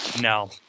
No